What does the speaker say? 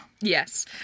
Yes